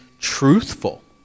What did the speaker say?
truthful